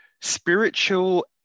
Spiritual